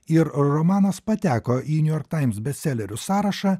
ir romanas pateko į niujork taims bestselerių sąrašą